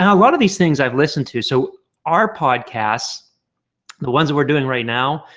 a lot of these things i've listened to so our podcasts the ones that we're doing right now.